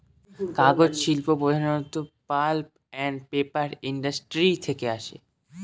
কাগজ শিল্প প্রধানত পাল্প আন্ড পেপার ইন্ডাস্ট্রি থেকে আসে